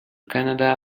canada